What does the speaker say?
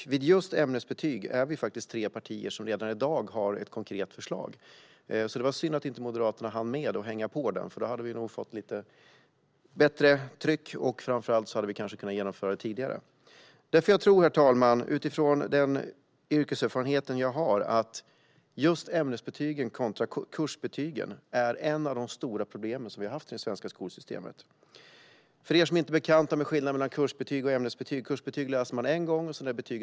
När det gäller ämnesbetyg är vi faktiskt tre partier som redan i dag har ett konkret förslag. Det var synd att Moderaterna inte hann hänga på det. Då hade vi nog fått ett lite bättre tryck, och framför allt hade vi kanske kunnat genomföra detta tidigare. Herr talman! Utifrån den yrkeserfarenhet jag har tror jag att just ämnesbetygen kontra kursbetygen är ett av de stora problem som vi har haft i det svenska skolsystemet. För er som inte är bekanta med skillnaden mellan kursbetyg och ämnesbetyg kan jag berätta följande. Kursbetyg läser man en gång.